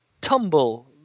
tumble